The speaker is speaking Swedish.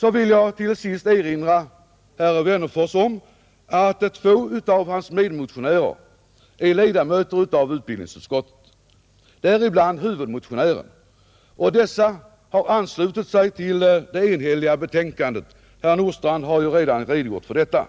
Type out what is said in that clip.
Jag vill till sist erinra herr Wennerfors om att två av hans medmotionärer är ledamöter av utbildningsutskottet, däribland huvudmotionären, och dessa har anslutit sig till det enhälliga betänkandet. Herr Nordstrandh har redan redogjort för detta,